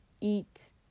eat